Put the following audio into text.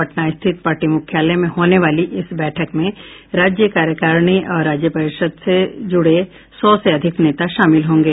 पटना स्थित पार्टी मुख्यालय में होने वाली इस बैठक में राज्य कार्यकारिणी और राज्य परिषद से जुड़े सौ से अधिक नेता शामिल होंगे